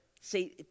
say